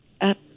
up